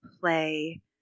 play